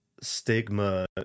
stigma